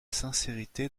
sincérité